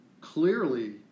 clearly